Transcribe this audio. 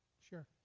sure.